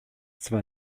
zwar